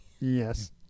Yes